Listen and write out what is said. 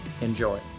Enjoy